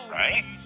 right